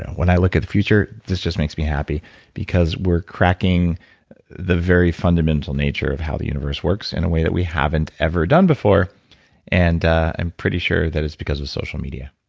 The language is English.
when i look at the future. this just makes me happy because we're cracking the very fundamental nature of how the universe works in a way that we haven't ever done before and i'm pretty sure that it's because of social media.